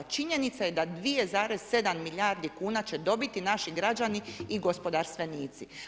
Činjenica je da 2,7 milijarde kuna će dobiti naši građani i gospodarstvenici.